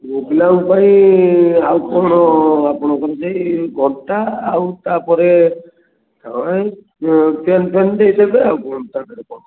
ପୁଅପିଲାଙ୍କ ପାଇଁ ଆଉ କ'ଣ ଆପଣଙ୍କର ସେଇ ଘଣ୍ଟା ଆଉ ତାପରେ ଆଉ ଏଇ ଚେନ୍ ଫେନ ଦେଇଦେବେ ଆଉ କ'ଣ ତାପରେ କ'ଣ ଅଛି